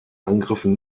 angriffen